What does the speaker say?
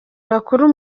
bakuru